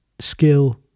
skill